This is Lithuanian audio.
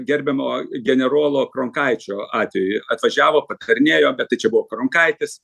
gerbiamo generolo kronkaičio atveju atvažiavo patarinėjo bet tai čia buvo kronkaitis